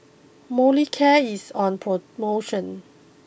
Molicare is on promotion